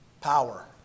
power